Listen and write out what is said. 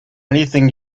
anything